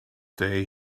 day